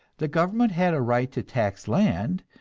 the government had a right to tax land,